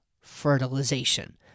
fertilization